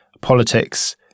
politics